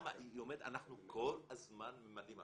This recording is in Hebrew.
היא אומרת, אנחנו כל הזמן ממלאים.